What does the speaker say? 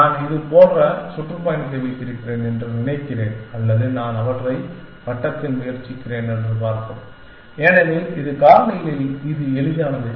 நான் இதைப் போன்ற சுற்றுப்பயணத்தை வைத்திருக்கிறேன் என்று நினைக்கிறேன் அல்லது நான் அவற்றை வட்டத்தில் முயற்சிக்கிறேன் என்று பார்ப்போம் ஏனெனில் இது காரணிகளில் இது எளிதானது